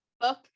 book